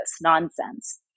nonsense